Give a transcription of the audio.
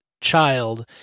child